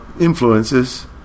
influences